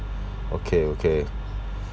okay okay